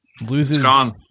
loses